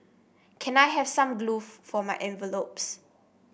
can I have some glue for my envelopes